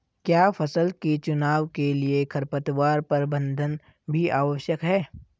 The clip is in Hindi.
क्या फसल के चुनाव के लिए खरपतवार प्रबंधन भी आवश्यक है?